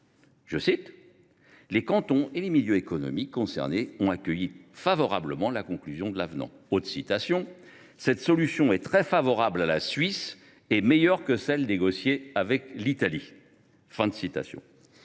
même :« Les cantons et les milieux économiques concernés ont accueilli favorablement la conclusion de l’avenant. » Le rapporteur suisse du texte ajoute :« Cette solution est très favorable à la Suisse et meilleure que celle négociée avec l’Italie. »